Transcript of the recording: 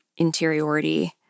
interiority